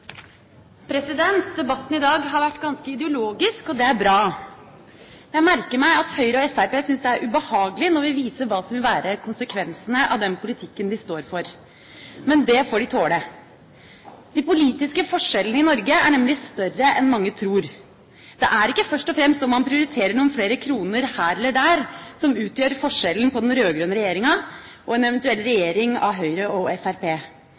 er ubehagelig når vi viser hva som vil være konsekvensene av den politikken de står for. Men det får de tåle. De politiske forskjellene i Norge er nemlig større enn mange tror. Det er ikke først og fremst om man prioriterer noen flere kroner her eller der som utgjør forskjellen på den rød-grønne regjeringa og en eventuell regjering av Høyre og